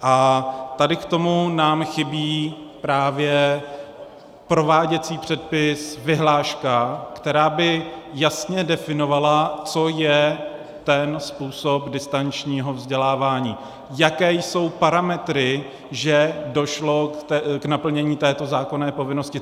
A k tomu nám chybí právě prováděcí předpis, vyhláška, která by jasně definovala, co je ten způsob distančního vzdělávání, jaké jsou parametry, že došlo k naplnění této zákonné povinnosti.